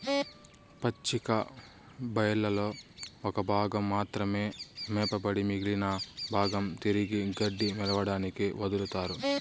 పచ్చిక బయళ్లలో ఒక భాగం మాత్రమే మేపబడి మిగిలిన భాగం తిరిగి గడ్డి మొలవడానికి వదులుతారు